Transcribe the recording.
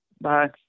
Bye